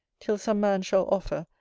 till some man shall offer,